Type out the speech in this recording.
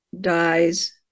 dies